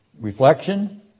Reflection